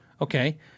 Okay